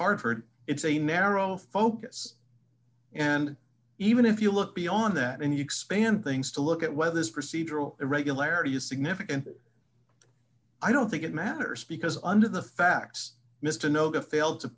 harvard it's a narrow focus and even if you look beyond that and you expand things to look at whether this procedural irregularity is significant i don't think it matters because under the facts mr noga failed to